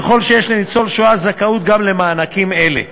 ככל שיש לניצול שואה זכאות גם למענקים אלה.